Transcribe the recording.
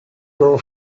girl